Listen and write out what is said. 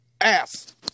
ass